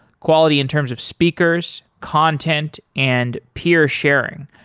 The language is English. quality in terms of speakers, content and peer sharing,